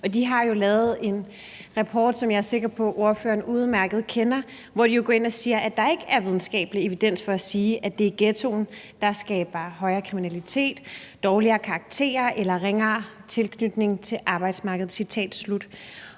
de har jo lavet en rapport, som jeg er sikker på at ordføreren udmærket kender, hvor de går ind og siger, at der ikke er videnskabelig evidens for at sige, at det er ghettoen, der skaber højere kriminalitet, dårligere karakterer eller ringere tilknytning til arbejdsmarkedet – citat slut.